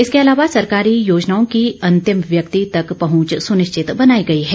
इसके अलावा सरकारी योजनाओं की अंतिम व्यक्ति तक पहंच सुनिश्चित बनाई गई है